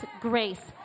grace